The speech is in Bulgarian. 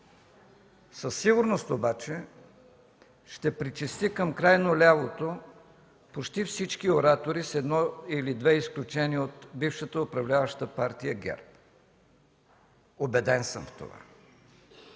Със сигурност обаче ще причисли към крайно лявото почти всички оратори, с едно или две изключения, от бившата управляваща партия ГЕРБ. Убеден съм в това.